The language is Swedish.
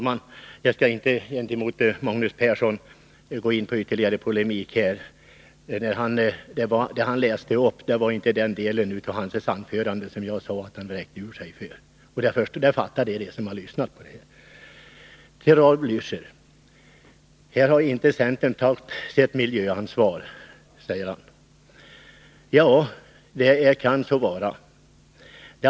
Herr talman! Jag skall inte gå in i ytterligare polemik med Magnus Persson. Det han läste upp var inte den del av hans anförande som jag syftade på när jag sade att han vräkte ur sig. Det fattade de som har lyssnat på anförandet. Raul Blächer påstod att centerpartiet inte har tagit sitt miljöansvar. Ja, det kan resoneras så.